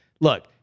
Look